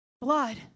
blood